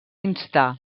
instar